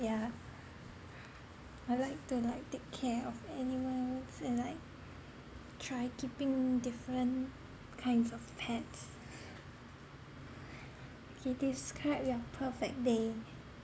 yeah I like to like take care of animals and like try keeping different kinds of pets K describe your perfect day